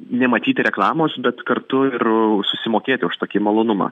nematyti reklamos bet kartu ir susimokėti už tokį malonumą